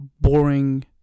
boring